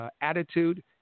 attitude